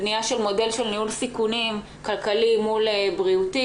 בנייה של מודל של ניהול סיכונים כלכלי מול בריאותי.